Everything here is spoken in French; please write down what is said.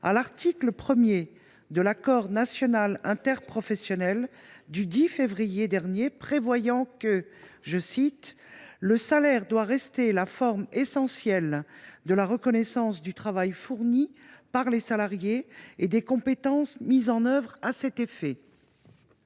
à l’article 1 de l’accord national interprofessionnel du 10 février dernier, lequel prévoit que « le salaire doit rester la forme essentielle de la reconnaissance du travail fourni par les salariés et des compétences mises en œuvre à cet effet ».